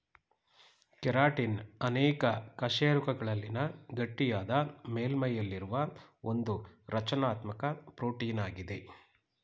keratin ಅನೇಕ ಕಶೇರುಕಗಳಲ್ಲಿನ ಗಟ್ಟಿಯಾದ ಮೇಲ್ಮೈಯಲ್ಲಿರುವ ಒಂದುರಚನಾತ್ಮಕ ಪ್ರೋಟೀನಾಗಿದೆ